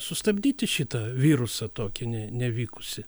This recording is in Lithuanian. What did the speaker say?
sustabdyti šitą virusą tokį ne nevykusį